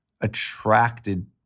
attracted